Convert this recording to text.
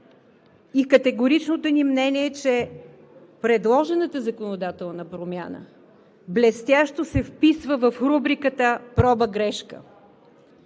Категоричното ни мнение е, че предложената законодателна промяна блестящо се вписва в рубриката „проба – грешка“.